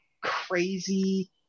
crazy